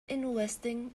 investing